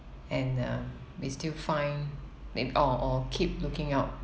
and uh we still find or or keep looking out